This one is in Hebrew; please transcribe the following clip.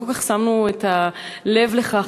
לא כל כך שמנו את הלב לכך,